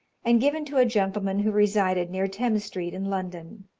and given to a gentleman who resided near thames street, in london.